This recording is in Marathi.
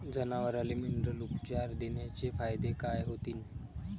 जनावराले मिनरल उपचार देण्याचे फायदे काय होतीन?